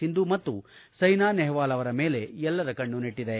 ಸಿಂಧು ಮತ್ತು ಸೈನಾ ನೆಹವಾಲ್ ಅವರ ಮೇಲೆ ಎಲ್ಲರ ಕಣ್ಣು ನೆಟ್ಟದೆ